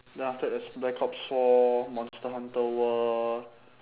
then after there's black ops four monster hunter world